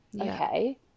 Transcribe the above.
okay